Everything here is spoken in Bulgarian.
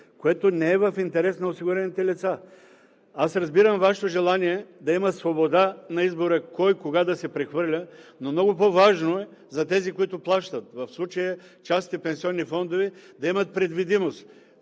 което не е в интерес на осигурените лица. Разбирам Вашето желание да има свобода на избора кой кога да се прехвърля, но много по-важно е за тези, които плащат, в случая частните пенсионни фондове, да имат предвидимост.